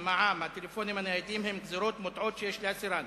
המע"מ והטלפונים הניידים הם גזירות פוגעות שיש להסירן.